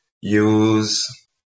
use